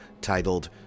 titled